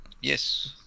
yes